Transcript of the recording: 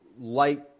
light